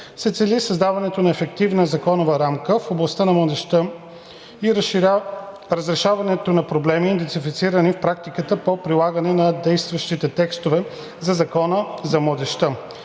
се цели създаването на ефективна законова рамка в областта на младежта и разрешаването на проблеми, идентифицирани в практиката по прилагане на действащите текстове на Закона за младежка.